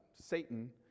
Satan